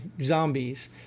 zombies